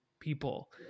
people